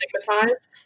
stigmatized